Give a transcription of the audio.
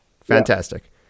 fantastic